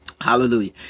hallelujah